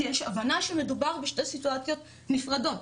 כי יש הבנה שמדובר בשתי סיטואציות נפרדות.